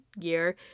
year